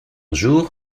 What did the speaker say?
jour